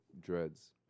dreads